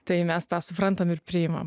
tai mes tą suprantam ir priimam